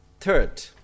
Third